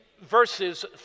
verses